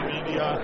Media